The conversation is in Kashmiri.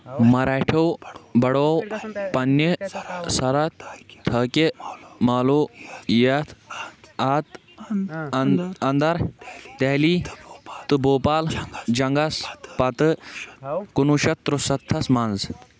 مراٹھیو بَڑو پننہِ سرحد تاکہِ مالوٗ یتھ اتھ اندر دہلی تہٕ بھوپال جنگس پتہٕ کُنوُہ شیٚتھ تُرسَستھس منٛز